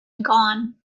gone